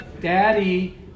Daddy